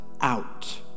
out